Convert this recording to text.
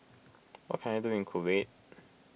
what can I do in Kuwait